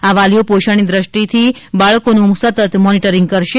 આ વાલીઓ પોષણની દષ્ટથી બાળકોનુ સતત મોનીટરીંગ કરશે